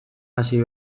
hasi